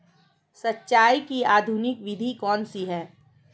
सिंचाई की आधुनिक विधि कौनसी हैं?